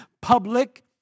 public